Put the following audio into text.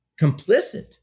complicit